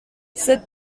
cette